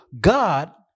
God